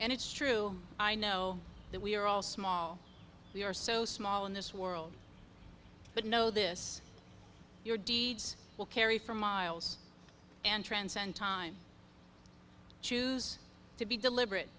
and it's true i know that we are all small we are so small in this world but know this your deeds will carry from miles and transcend time choose to be deliberate